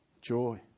joy